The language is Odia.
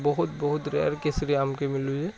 ବହୁତ ବହୁତ ରେୟାର୍ କେସ୍ରେ ଆମକେ ମିଳୁଛି